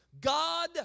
God